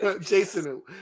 Jason